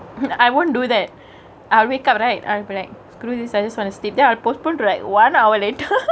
and I wouldn't do that I'll wake up at eight openingk screw this I just want to sleep there are postpone direct one hour later